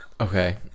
Okay